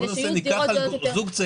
כדי שהדירות יהיו יותר זולות.